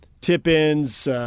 tip-ins